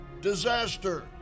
disaster